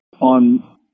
on